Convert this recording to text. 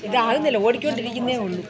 ഇത് ആകുന്നില്ല ഓടിക്കോണ്ടിരിക്കുന്നേ ഉള്ളൂ